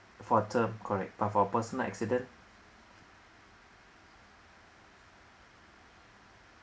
for term correct but for personal accident